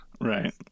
Right